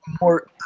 more